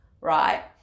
right